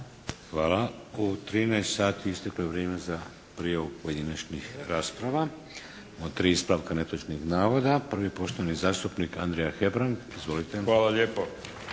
Hvala. U 13,00 sati isteklo je vrijeme za prijavu pojedinačnih rasprava. Imamo tri ispravka netočnih navoda. Prvi, poštovani zastupnik Andrija Hebrang. Izvolite. **Hebrang,